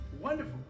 wonderful